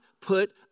put